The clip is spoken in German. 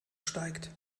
steigt